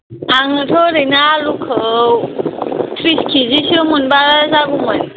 आंनोथ' ओरैनो आलुखौ थ्रिस किजि सो मोनबा जागौमोन